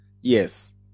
Yes